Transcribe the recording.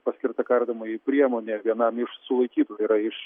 paskirta kardomoji priemonė vienam iš sulaikytųjų yra iš